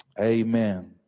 Amen